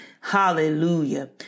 Hallelujah